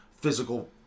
physical